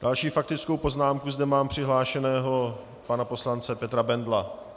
Další s faktickou poznámkou mám přihlášeného pana poslance Petra Bendla.